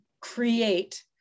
create